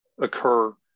occur